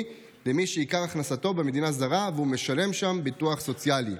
למי שעיקר הכנסתו במדינה זרה והוא משלם שם ביטוח סוציאלי.